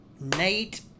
Nate